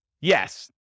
Yes